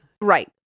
Right